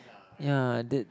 ya that